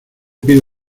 pido